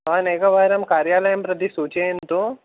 भवानेकवारं कार्यालयं प्रति सूचयन्तु